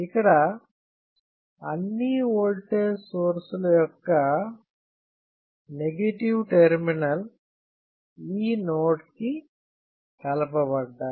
ఇక్కడ అన్ని ఓల్టేజ్ సోర్సులు యొక్క నెగెటివ్ టెర్మినల్ ఈ నోడ్ కి కలపబడ్డాయి